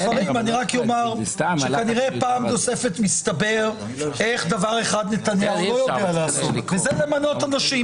כנראה שמסתבר בפעם הנוספת שנתניהו לא יודע למנות אנשים.